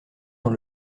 dans